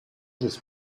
des